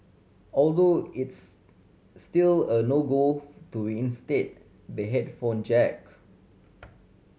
although it's still a no go to instate the headphone jack